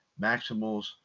Maximals